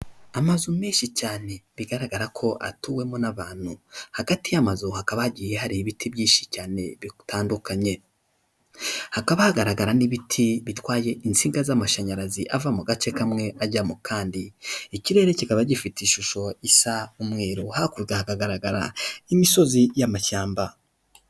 Amazu menshi cyane bigaragara ko atuwemo n'abantu, hagati y'amazu hakaba hagiye hari ibiti byinshi cyane bitandukanye, hakaba hagaragara n'ibiti bitwaye insinga z'amashanyarazi ava mu gace kamwe ajya mu kandi, ikirere kikaba gifite ishusho isa umweru hakurya hakagaragara imisozi y'amashyamba.